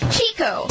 Chico